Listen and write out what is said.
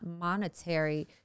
monetary